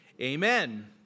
Amen